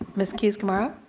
ms. keyes-gamarra.